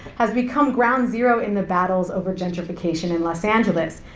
has become ground zero in the battles over gentrification in los angeles.